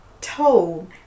told